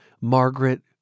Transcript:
Margaret